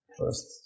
first